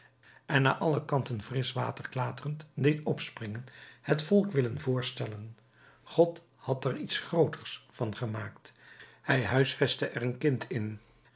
en naar alle kanten frisch water klaterend deed opspringen het volk willen voorstellen god had er iets grootschers van gemaakt hij huisvestte er een kind in